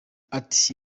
ati